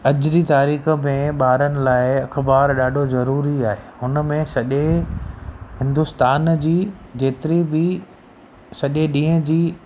अॼु जी तारीख़ में ॿारनि लाइ अख़बारु ॾाढो ज़रूरी आहे हुन में सॼे हिंदुस्तान जी जेतिरी बि सॼे ॾींहं जी